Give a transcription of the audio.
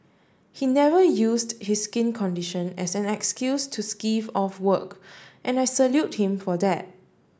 he never used his skin condition as an excuse to skive off work and I salute him for that